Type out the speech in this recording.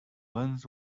lens